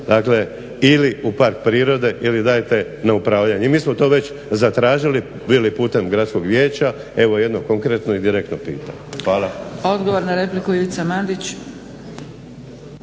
Dakle, ili u park prirode ili dajte na upravljanje. I mi smo to već zatražili bili putem gradskog vijeća. Evo jedno konkretno i direktno pitanje. Hvala. **Zgrebec, Dragica